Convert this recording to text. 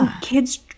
kids